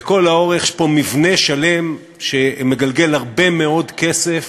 לכל האורך יש פה מבנה שלם שמגלגל הרבה מאוד כסף